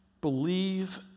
believe